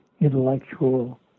intellectual